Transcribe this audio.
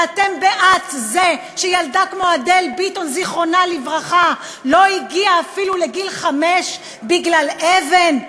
ואתם בעד זה שילדה כמו אדל ביטון ז"ל לא הגיעה אפילו לגיל חמש בגלל אבן?